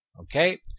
Okay